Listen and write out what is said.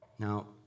Now